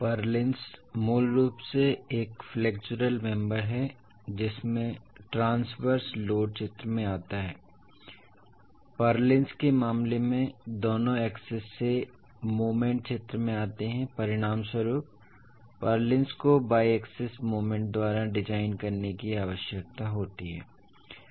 purlins मूल रूप से एक फ्लेक्सुरल मेम्बर हैं जिसमें ट्रांस्वर्स लोड चित्र में आता है पुर्लिन्स के मामले में दोनों एक्सिस से मोमेंट चित्र में आते हैं परिणामस्वरूप पुर्लिन्स को बायएक्सिस मोमेंट द्वारा डिज़ाइन करने की आवश्यकता होती है